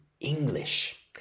English